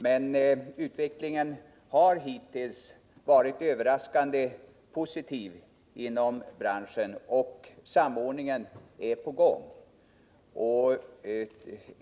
Men utvecklingen inom branschen har hittills varit överraskande positiv, och en samordning är på gång.